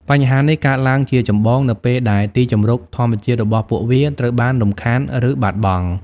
បញ្ហានេះកើតឡើងជាចម្បងនៅពេលដែលទីជម្រកធម្មជាតិរបស់ពួកវាត្រូវបានរំខាន ឬបាត់បង់។